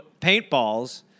paintballs